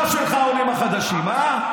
של אבא שלך, העולים החדשים, אה?